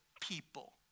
people